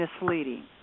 misleading